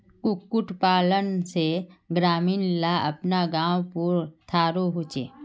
कुक्कुट पालन से ग्रामीण ला अपना पावँ पोर थारो होचे